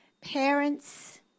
parents